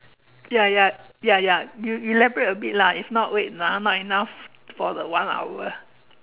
ya ya ya ya you elaborate a bit lah if not wait lah not enough for the one hour